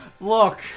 look